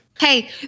Hey